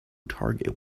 target